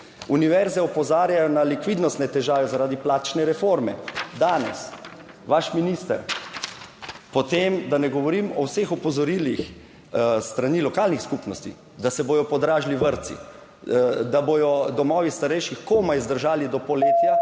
univerze opozarjajo na likvidnostne težave zaradi plačne reforme. Danes, vaš minister. Po tem, da ne govorim o vseh opozorilih s strani lokalnih skupnosti, da se bodo podražili vrtci, da bodo domovi starejših komaj zdržali do poletja,